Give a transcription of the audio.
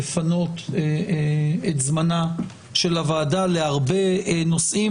לפנות את זמנה של הוועדה להרבה נושאים,